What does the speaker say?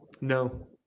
No